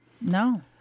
No